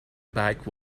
back